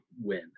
win